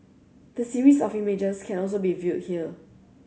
the series of images can also be viewed here